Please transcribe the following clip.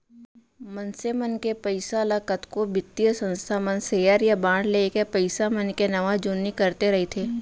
मनसे मन के पइसा ल कतको बित्तीय संस्था मन सेयर या बांड लेके पइसा मन के नवा जुन्नी करते रइथे